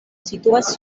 situas